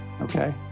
Okay